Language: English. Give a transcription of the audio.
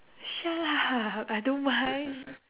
shut up I don't mind